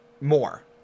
more